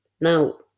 Now